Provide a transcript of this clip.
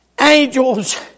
angels